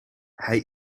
hij